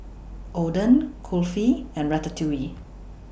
Oden Kulfi and Ratatouille